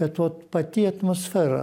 bet vot pati atmosfera